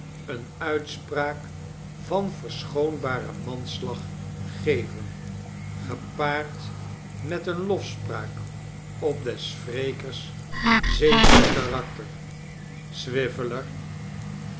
eene uitspraak van verschoonbaren manslag geven gepaard met eene lofspraak op des wrekers zedelijk karakter